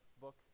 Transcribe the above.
book